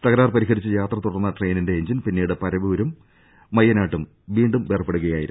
തക രാർ പരിഹരിച്ച് യാത്ര തുടർന്ന ട്രെയിനിന്റെ എഞ്ചിൻ പിന്നീട് പരവൂരും മയ്യനാടും വീണ്ടും വേർപെടുകയായിരുന്നു